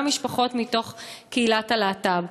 גם משפחות מקהילת הלהט"ב.